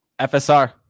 FSR